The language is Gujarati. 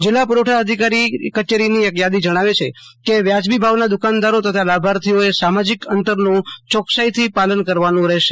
જિલ્લા પુરવઠા અધિકારી કચેરી ની યાદી જણાવે છે કે વાજબી ભાવના દુકાનદારો તથા લાભાર્થીઓ એ સામાજિક અંતર નું ચોક્કસાઈ થી પાલન કરવાનું રહેશે